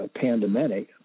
pandemic